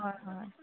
হয় হয়